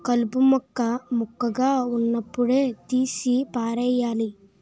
కలుపు మొక్క మొక్కగా వున్నప్పుడే తీసి పారెయ్యాలి